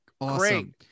Awesome